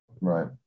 right